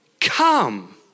come